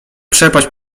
przepaść